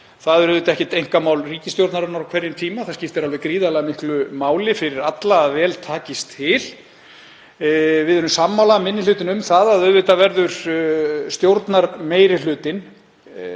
Það er ekki einkamál ríkisstjórnarinnar á hverjum tíma. Það skiptir alveg gríðarlega miklu máli fyrir alla að vel takist til. Við erum sammála minni hlutanum um að auðvitað verður stjórnarmeirihlutinn,